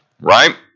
right